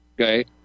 Okay